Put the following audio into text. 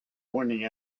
pointing